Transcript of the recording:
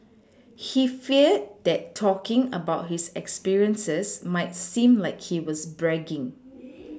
he feared that talking about his experiences might seem like he was bragging